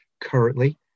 Currently